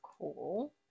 cool